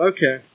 Okay